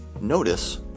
Notice